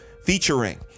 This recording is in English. featuring